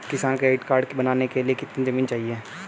किसान credit card बनाने के लिए कितनी जमीन चाहिए?